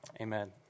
amen